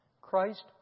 Christ